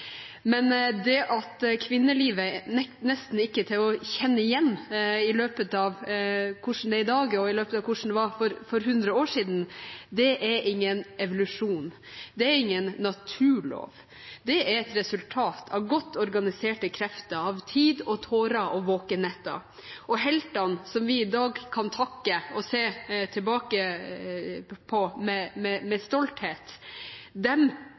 Men det at kvinnelivet nesten ikke er til å kjenne igjen i dag i forhold til hvordan det var for hundre år siden, er ingen evolusjon, det er ingen naturlov. Det er et resultat av godt organiserte krefter, av tid og tårer og våkenetter. Heltene som vi i dag kan takke og se tilbake på med